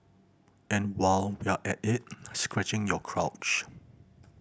and while we're at it scratching your crotch